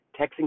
texting